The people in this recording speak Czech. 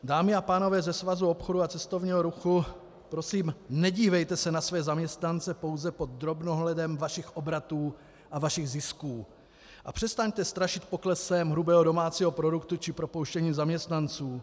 Dámy a pánové ze Svazu obchodu a cestovního ruchu, prosím, nedívejte se na své zaměstnance pouze pod drobnohledem vašich obratů a vašich zisků a přestaňte strašit poklesem hrubého domácího produktu či propouštěním zaměstnanců.